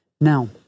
Now